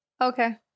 Okay